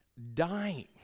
dying